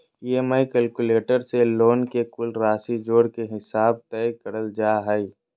EMI calculator से loan के कुल राशि जोड़ के हिसाब तय करल जा हय